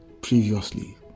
previously